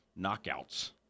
knockouts